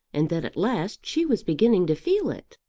and that at last she was beginning to feel it.